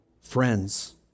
friends